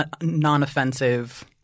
non-offensive